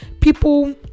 people